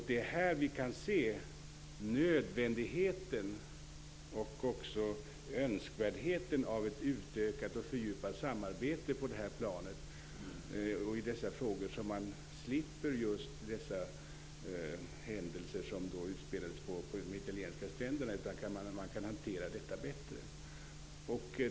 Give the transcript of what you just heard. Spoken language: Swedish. Det är här vi kan se nödvändigheten och också önskvärdheten av ett utökat och fördjupat samarbete på det här planet och i dessa frågor så att man slipper de händelser som utspelades på de italienska stränderna och så att man i stället kan hantera detta bättre.